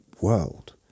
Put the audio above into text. world